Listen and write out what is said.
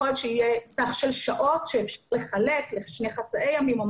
יכול להיות שיהיה סך של שעות שאפשר לחלק לשני חצאי ימים.